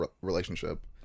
relationship